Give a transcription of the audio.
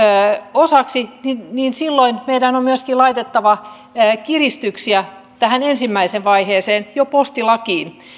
osaksi silloin meidän on myöskin laitettava kiristyksiä tähän ensimmäiseen vaiheeseen jo postilakiin